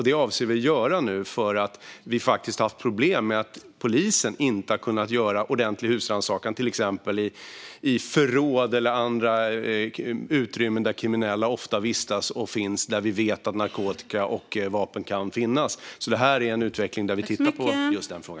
Detta avser vi att göra därför att vi har haft problem med att polisen inte har kunnat göra ordentlig husrannsakan i till exempel förråd eller andra utrymmen där kriminella ofta vistas och finns och där vi vet att narkotika och vapen kan finnas. Vi har en utveckling där vi tittar på denna fråga.